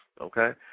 Okay